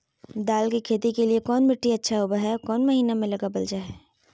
दाल की खेती के लिए कौन मिट्टी अच्छा होबो हाय और कौन महीना में लगाबल जा हाय?